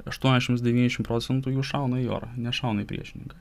aštuoniasdešimt devyniasdešimt procentų jų šauna į orą nešauna į priešininką